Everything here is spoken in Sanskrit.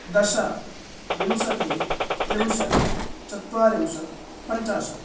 दश विंशतिः त्रिंशत् चत्वारिंशत् पञ्चाशत्